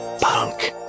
Punk